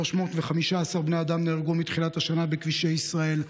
315 בני אדם נהרגו מתחילת השנה בכבישי ישראל,